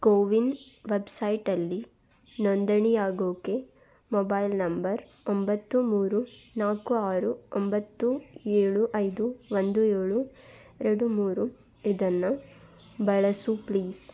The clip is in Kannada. ಕೋವಿನ್ ವೆಬ್ಸೈಟಲ್ಲಿ ನೊಂದಣಿಯಾಗೋಕೆ ಮೊಬೈಲ್ ನಂಬರ್ ಒಂಬತ್ತು ಮೂರು ನಾಲ್ಕು ಆರು ಒಂಬತ್ತು ಏಳು ಐದು ಒಂದು ಏಳು ಎರಡು ಮೂರು ಇದನ್ನು ಬಳಸು ಪ್ಲೀಸ್